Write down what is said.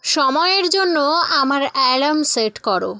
সময়ের জন্য আমার অ্যালার্ম সেট কর